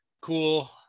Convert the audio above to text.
cool